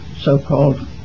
so-called